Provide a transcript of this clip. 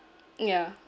yeah